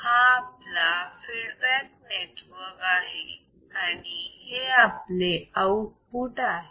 हा आपला feedback network आहे आणि हे आपले आउटपुट आहे